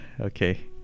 Okay